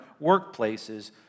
workplaces